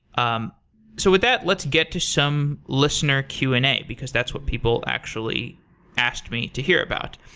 um so with that, let's get to some listener q and a, because that's what people actually asked me to hear about.